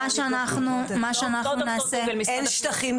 מה שאנחנו נעשה --- אין שטחים,